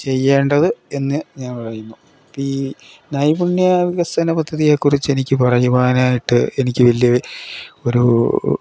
ചെയ്യേണ്ടത് എന്ന് ഞാൻ പറയുന്നു ഇപ്പം ഈ നൈപുണ്യ വികസന പദ്ധതിയെക്കുറിച്ചെനിക്ക് പറയുവാനായിട്ട് എനിക്ക് വലിയ ഒരു